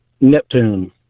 Neptune